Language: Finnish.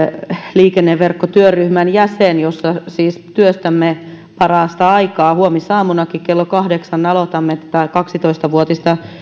liikenneverkkotyöryhmän jäsen jossa siis työstämme parasta aikaa huomisaamunakin kello kahdeksan aloitamme tätä kaksitoista vuotista